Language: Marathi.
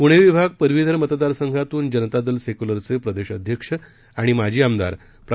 प्णे विभाग पदवीधर मतदार संघांतून जनता दल सेक्यूलरचे प्रदेश अध्यक्ष आणि माजी आमदार प्रा